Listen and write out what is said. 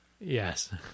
Yes